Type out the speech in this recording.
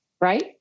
right